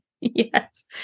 Yes